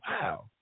wow